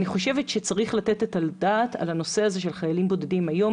אני חושבת שצריך לתת את הדעת על הנושא הזה של חיילים בודדים היום.